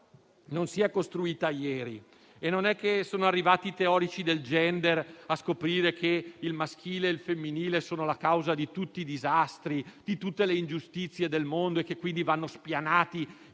non si è costruita ieri e non è che sono arrivati i teorici del *gender* a scoprire che il maschile e il femminile sono la causa di tutti i disastri, di tutte le ingiustizie del mondo e che quindi vanno "spianati"